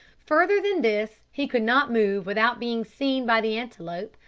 further than this he could not move without being seen by the antelope,